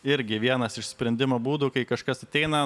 irgi vienas iš sprendimo būdų kai kažkas ateina